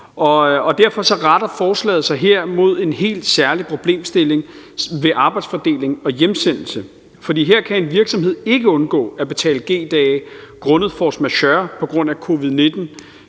Derfor retter forslaget sig mod en helt særlig problemstilling ved arbejdsfordeling og hjemsendelse, for her kan en virksomhed ikke undgå at betale G-dage grundet force majeure på grund af covid-19